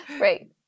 Right